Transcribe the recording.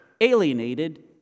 alienated